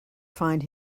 find